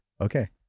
okay